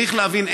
צריך להבין,